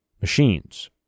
machines